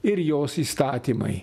ir jos įstatymai